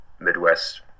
Midwest